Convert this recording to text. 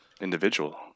individual